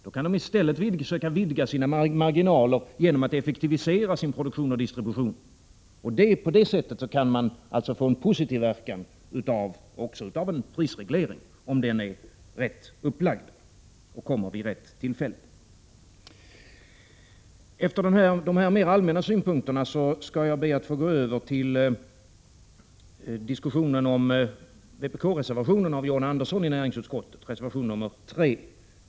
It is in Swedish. Då kan de i stället försöka vidga sina marginaler genom att effektivisera sin produktion och distribution. På detta sätt kan man alltså få en positiv verkan av en prisreglering, om den är rätt upplagd och kommer vid rätt tillfälle. Efter dessa mer allmänna synpunkter skall jag be att få gå över till diskussionen om vpk-reservationen av John Andersson i näringsutskottet, reservation nr 3.